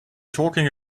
talking